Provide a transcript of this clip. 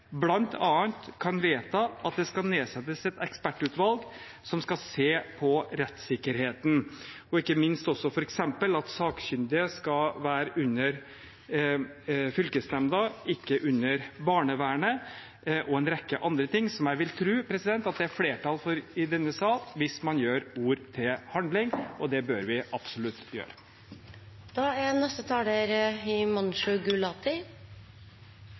kan vedta at det skal nedsettes et ekspertutvalg som skal se på rettssikkerheten, og ikke minst også f.eks. at sakkyndige skal være under fylkesnemnda og ikke under barnevernet, og en rekke andre ting, som jeg vil tro det er flertall for i denne salen, hvis man gjør ord til handling, og det bør vi absolutt